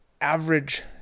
average